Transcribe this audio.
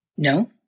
No